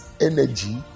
energy